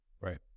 Right